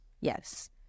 Yes